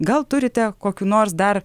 gal turite kokių nors dar